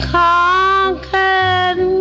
conquered